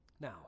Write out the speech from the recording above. Now